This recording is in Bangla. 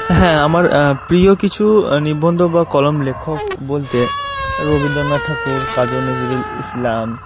হ্যাঁ আমার প্রিয় কিছু নিবন্ধ বা কলম লেখক বলতে রবীন্দ্রনাথ ঠাকুর কাজী নজরুল ইসলাম